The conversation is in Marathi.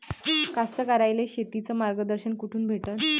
कास्तकाराइले शेतीचं मार्गदर्शन कुठून भेटन?